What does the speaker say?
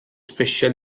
special